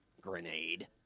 Grenade